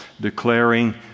declaring